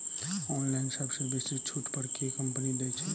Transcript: Online सबसँ बेसी छुट पर केँ कंपनी दइ छै?